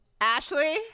Ashley